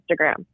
Instagram